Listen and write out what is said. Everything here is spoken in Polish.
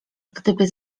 gdyby